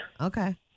Okay